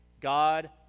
God